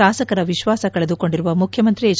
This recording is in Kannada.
ಶಾಸಕರ ವಿಶ್ವಾಸ ಕಳೆದುಕೊಂಡಿರುವ ಮುಖ್ಯಮಂತ್ರಿ ಹೆಚ್